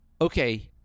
okay